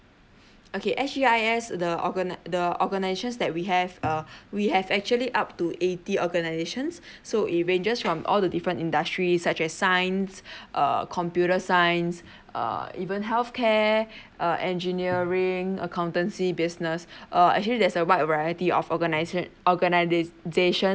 okay S_G_I_S the organise the organisations that we have uh we have actually up to eighty organisations so it ranges from all the different industries such as science err computer science err even health care uh engineering accountancy business uh actually there's a wide variety of organisations organisations